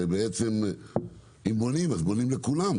הרי בעצם אם בונים אז בונים לכולם,